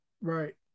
Right